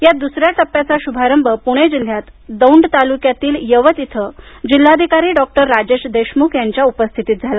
या द्स या टप्प्याचा शुभारंभ पूणे जिल्ह्यात दौंड तालुक्यातील यवत इथे जिल्हाधिकारी डॉक्टर राजेश देशमुख यांच्या उपस्थितीत झाला